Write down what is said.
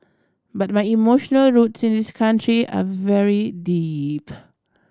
but my emotional roots in this country are very deep